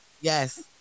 Yes